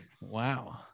Wow